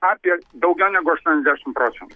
apie daugiau negu aštuoniasdešimt procentų